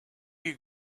you